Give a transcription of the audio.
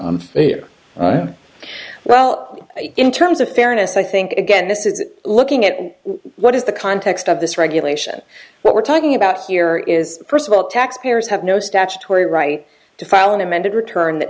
unfair well in terms of fairness i think again this is looking at what is the context of this regulation what we're talking about here is first of all taxpayers have no statutory right to file an amended return that